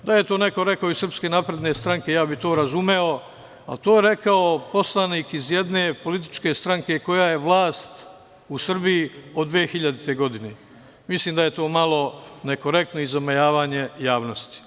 Da je to neko rekao iz SNS, ja bih to razumeo, ali to je rekao iz jedne političke stranke koja je vlast u Srbiji od 2000. godine. mislim da je to malo nekorektno i zamajavanje javnosti.